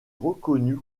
reconnus